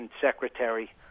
secretary